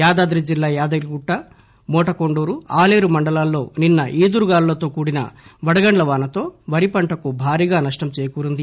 యాదాద్రి జిల్లా యాదగిరిగుట్ట మోటకొండూర్ ఆలేరు మండలాల్లో నిన్స ఈదురుగాలులతో కూడిన వడగండ్ల వానతో వరి పంటకు భారీగా నష్టం చేకూరింది